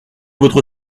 votre